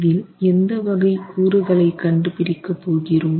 இதில் எந்த வகை கூறுகளை கண்டுபிடிக்க போகிறோம்